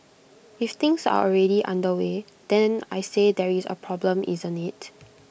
if things are already underway then I say there is A problem isn't IT